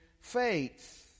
faith